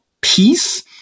peace